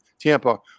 Tampa